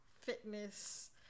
fitness